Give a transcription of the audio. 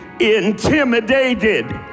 intimidated